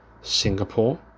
Singapore